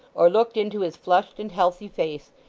or looked into his flushed and healthy face,